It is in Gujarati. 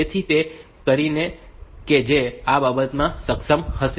તેથી તે કરી શકે છે કે જેથી તે આ બતાવવા માટે સક્ષમ હશે